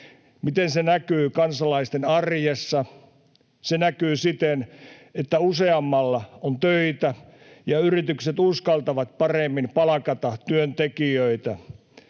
Miten se näkyy kansalaisten arjessa? Se näkyy siten, että useammalla on töitä ja yritykset uskaltavat paremmin palkata työntekijöitä,